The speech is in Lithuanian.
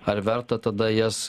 ar verta tada jas